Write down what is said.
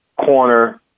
corner